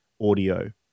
audio